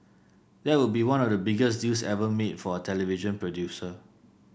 that would be one of the biggest deals ever made for a television producer